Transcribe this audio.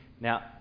Now